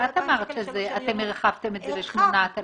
אמרת שאתם הרחבתם את זה ל-8,000.